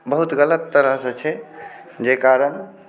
बहुत गलत तरह से छै जाहि कारण